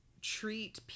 treat